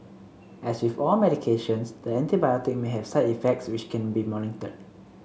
as with all medications the antibiotic may have side effects which can be monitored